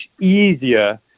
easier